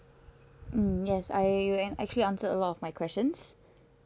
mm yes I you actually answered a lot of my questions